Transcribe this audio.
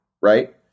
Right